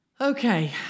Okay